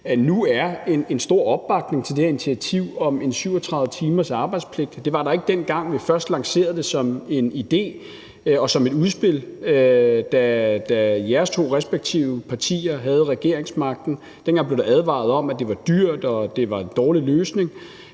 nu er en stor opbakning til det her initiativ om en 37 timers arbejdspligt. Det var der ikke, dengang vi først lancerede det som en idé og som et udspil, da jeres to respektive partier havde regeringsmagten. Dengang blev der advaret om, at det var dyrt, og at det var en dårlig løsning.